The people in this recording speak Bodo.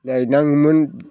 लायनाङोमोन